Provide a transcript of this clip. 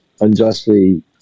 unjustly